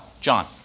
John